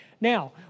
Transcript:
Now